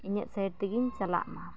ᱤᱧᱟᱹᱜ ᱥᱟᱹᱭᱤᱰ ᱛᱮᱜᱤᱧ ᱪᱟᱞᱟᱜ ᱢᱟ